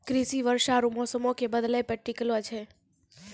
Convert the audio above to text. कृषि वर्षा आरु मौसमो के बदलै पे टिकलो छै